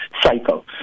cycle